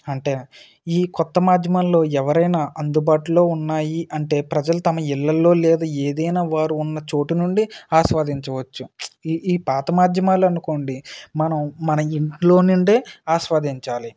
అంటే ఈ కొత్త మాధ్యమాలలో ఎవరైనా అందుబాటులో ఉన్నాయి అంటే ప్రజలు తమ ఇళ్ళలో లేదు ఏదైనా వారు ఉన్న చోటు నుండి ఆస్వాదించవచ్చు ఈ పాత మాధ్యమాలు అనుకోండి మనం మన ఇంట్లో నుండే ఆస్వాదించాలి